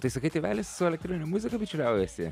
tai sakai tėvelis su elektronine muzika bičiuliaujasi